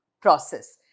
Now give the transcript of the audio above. process